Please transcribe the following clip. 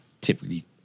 typically